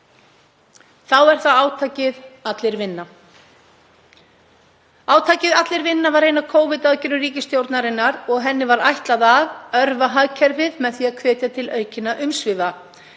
Þá er það átakið Allir vinna. Átakið Allir vinna var ein af Covid-aðgerðum ríkisstjórnarinnar og var því ætlað að örva hagkerfið með því að hvetja til aukinna umsvifa.